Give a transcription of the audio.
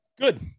good